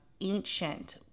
ancient